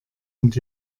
und